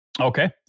Okay